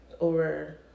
over